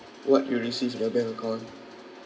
what you receives in your bank account